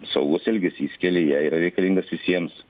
saugus elgesys kelyje yra reikalingas visiems